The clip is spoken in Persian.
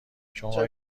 شما